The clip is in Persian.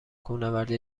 کوهنوردی